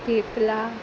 thepla